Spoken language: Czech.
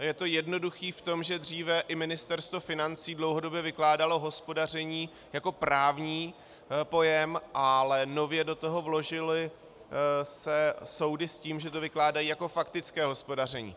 Je to jednoduché v tom, že dříve i Ministerstvo financí dlouhodobě vykládalo hospodaření jako právní pojem, ale nově se do toho vložily soudy s tím, že to vykládají jako faktické hospodaření.